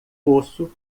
poço